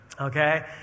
okay